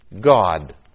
God